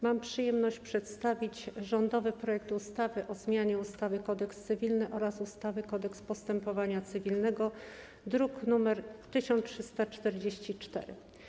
Mam przyjemność przedstawić rządowy projekt ustawy o zmianie ustawy - Kodeks cywilny oraz ustawy - Kodeks postępowania cywilnego, druk nr 1344.